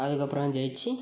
அதுக்கப்புறம் ஜெயிச்சு